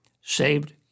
saved